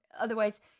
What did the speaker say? otherwise